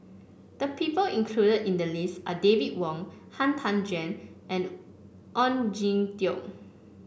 the people included in the list are David Wong Han Tan Juan and Oon Jin Teik